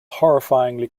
horrifyingly